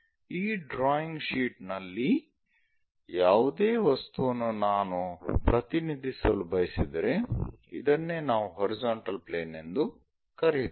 ಈ ಡ್ರಾಯಿಂಗ್ ಶೀಟ್ನಲ್ಲಿ ಯಾವುದೇ ವಸ್ತುವನ್ನು ನಾನು ಪ್ರತಿನಿಧಿಸಲು ಬಯಸಿದರೆ ಇದನ್ನೇ ನಾವು ಹಾರಿಜಾಂಟಲ್ ಪ್ಲೇನ್ ಎಂದು ಕರೆಯುತ್ತೇವೆ